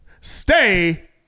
stay